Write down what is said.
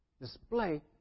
Display